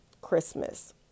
Christmas